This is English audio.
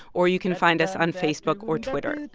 or you can find us on facebook or twitter.